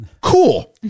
Cool